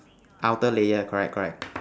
outer layer correct correct